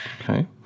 Okay